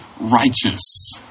righteous